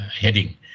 heading